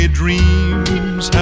dreams